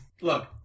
look